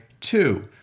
two